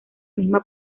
misma